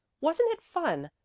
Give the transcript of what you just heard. wasn't it fun?